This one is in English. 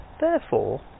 Therefore